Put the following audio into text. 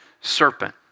serpent